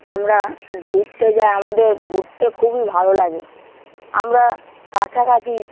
আমরা ঘুরতে যাই আমাদের ঘুরতে খুবই ভালো লাগে আমরা কাছাকাছি